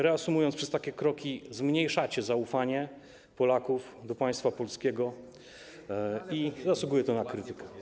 Reasumując, przez takie kroki zmniejszacie zaufanie Polaków do państwa polskiego i zasługuje to na krytykę.